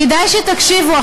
כדאי שתקשיבו,